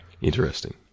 Interesting